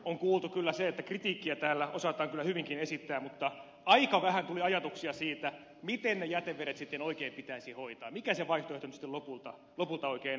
on kuultu kyllä se että kritiikkiä täällä osataan kyllä hyvinkin esittää mutta aika vähän tuli ajatuksia siitä miten ne jätevedet sitten oikein pitäisi hoitaa mikä se vaihtoehto nyt sitten lopulta oikein on